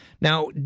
Now